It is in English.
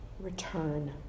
Return